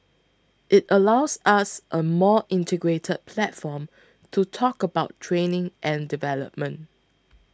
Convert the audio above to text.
it allows us a more integrated platform to talk about training and development